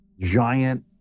Giant